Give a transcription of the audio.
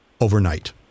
Overnight